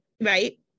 right